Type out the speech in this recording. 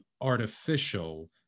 artificial